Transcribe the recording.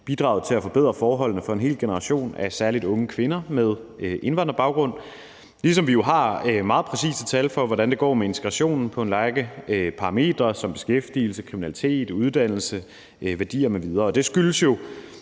bidraget til at forbedre forholdene for en hel generation af særlig unge kvinder med indvandrerbaggrund, ligesom vi jo har meget præcise tal for, hvordan det går med integrationen på en række parametre som beskæftigelse, kriminalitet, uddannelse, værdier m.v. Og det skyldes jo